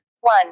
one